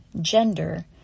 gender